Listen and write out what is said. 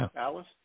Alice